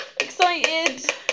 Excited